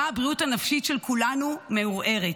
שבה הבריאות הנפשית של כולנו מעורערת.